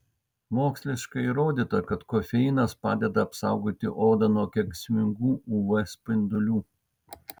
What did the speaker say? moksliškai įrodyta kad kofeinas padeda apsaugoti odą nuo kenksmingų uv spindulių